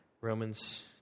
Romans